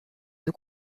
deux